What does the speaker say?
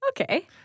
Okay